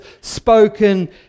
spoken